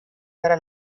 para